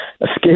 escape